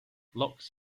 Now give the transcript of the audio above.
locks